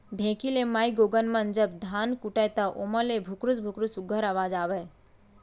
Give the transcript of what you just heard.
ढेंकी ले माईगोगन मन जब धान कूटय त ओमा ले भुकरस भुकरस सुग्घर अवाज आवय